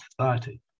society